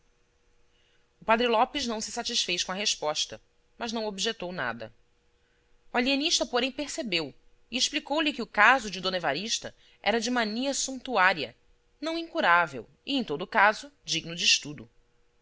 o padre lopes não se satisfez com a resposta mas não objetou nada o alienista porém percebeu e explicou-lhe que o caso de d evarista era de mania santuária não incurável e em todo caso digno de estudo